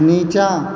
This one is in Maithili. नीचाँ